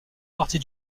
partie